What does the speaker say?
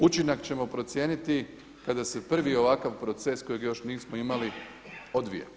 Učinak ćemo procijeniti kada se prvi ovakav proces kojega još nismo imali odvije.